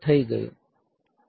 તે કેવી રીતે કરી શકાય